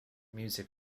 music